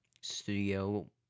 studio